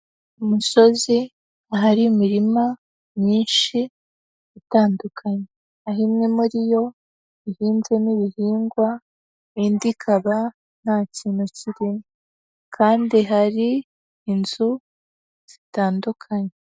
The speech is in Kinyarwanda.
Umusozi, ahari imirima myinshi itandukanye, aho imwe muri yo ihinzemo ibihingwa, indi ikaba nta kintu kirimo, kandi hari inzu zitandukanye.